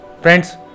Friends